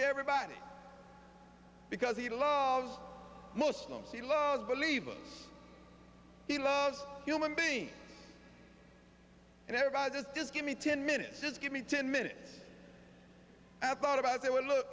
to everybody because he loves most of them she loves believers he loves human beings and everybody just does give me ten minutes just give me ten minutes i thought about it would look